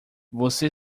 você